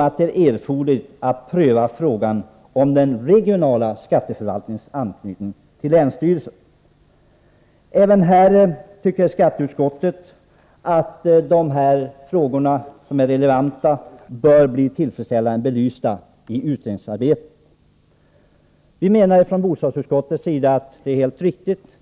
att det är erforderligt att pröva frågan om den regionala skatteförvaltningens anknytning till länsstyrelsen. Även här tycker skatteutskottet att de frågor som är relevanta bör bli tillfredsställande belysta i utredningsarbetet. Vi menar från bostadsutskottets sida att det är helt riktigt.